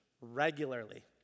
regularly